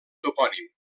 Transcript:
topònim